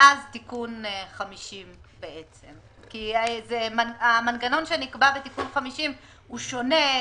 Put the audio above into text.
מאז תיקון 50. המנגנון שנקבע בתיקון 50 שונה,